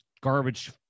garbage